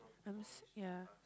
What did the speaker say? um ya